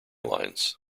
lines